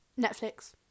Netflix